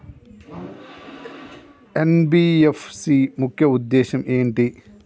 NBFC ముఖ్య ఉద్దేశం ఏంటి?